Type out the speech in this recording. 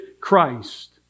Christ